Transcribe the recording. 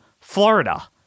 Florida